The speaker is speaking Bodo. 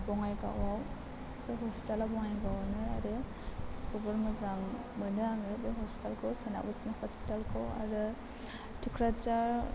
बङाइगावआव बे हस्पिटाला बङाइगावआवनो आरो जोबोर मोजां मोनो आङो बे हस्पिटालखौ सेन्ट आग'स्टिन हस्पिटाल खौ आरो थुख्राझार